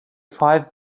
five